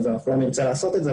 אנחנו לא נרצה לעשות את זה,